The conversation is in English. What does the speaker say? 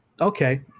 okay